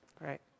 right